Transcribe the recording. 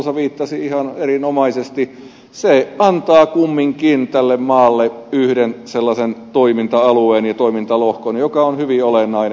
oinonen viittasi ihan erinomaisesti ja se antaa kumminkin tälle maalle yhden sellaisen toiminta alueen ja toimintalohkon joka on hyvin olennainen